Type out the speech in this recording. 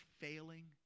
failing